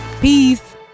peace